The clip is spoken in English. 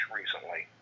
recently